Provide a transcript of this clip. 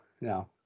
no